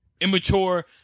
Immature